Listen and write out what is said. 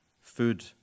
food